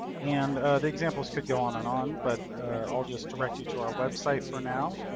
and the examples could go on and on. but i'll just direct you to our website for now,